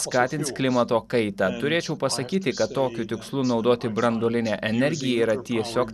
skatins klimato kaitą turėčiau pasakyti kad tokiu tikslu naudoti branduolinę energiją yra tiesiog